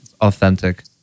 Authentic